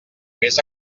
vés